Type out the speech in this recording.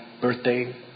birthday